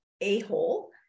a-hole